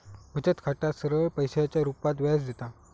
बचत खाता सरळ पैशाच्या रुपात व्याज देता